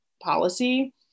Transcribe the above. policy